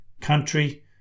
country